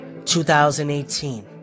2018